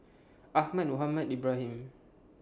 Ahmad Mohamed Ibrahim